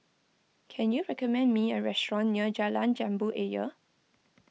can you recommend me a restaurant near Jalan Jambu Ayer